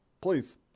please